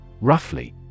Roughly